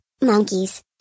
monkeys